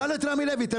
תשאל את רמי לוי.